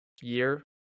year